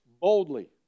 boldly